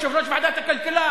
יושב-ראש ועדת הכלכלה,